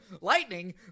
Lightning